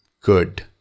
Good